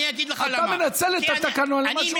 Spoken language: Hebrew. אני אגיד לך למה, אתה מנצל את התקנון למשהו אחר.